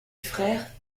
frères